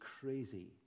crazy